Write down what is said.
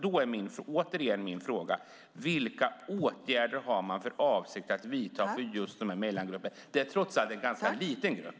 Då är återigen min fråga: Vilka åtgärder har ni för avsikt att vidta för just den här mellangruppen? Det är trots allt en ganska liten grupp.